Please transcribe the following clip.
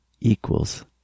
equals